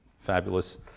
fabulous